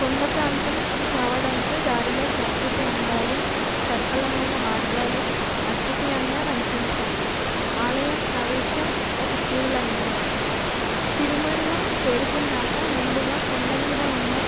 కొండ ప్రాంతం కావడంతో దారిలో ప్రకృతి అందాలు సరఫలమైన మార్గాలు అద్వితయంగా అనిపించాయి ఆలయం ప్రవేశం ఒక క్యూ లైన్లో తిరుమల చేరుకున్నాక ముందుగా కొండ మీద ఉన్నా